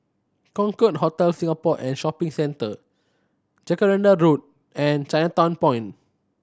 Concorde Hotel Singapore and Shopping Centre Jacaranda Road and Chinatown Point